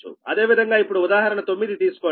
అదేవిధంగా ఇప్పుడు ఉదాహరణ 9 తీసుకోండి